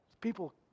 People